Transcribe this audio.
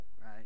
right